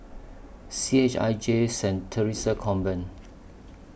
C H I J Saint Theresa's Convent